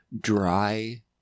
dry